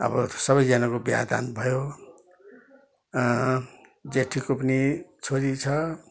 अब त सबैजनाको बिहे दान भयो जेठीको पनि छोरी छ